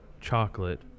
chocolate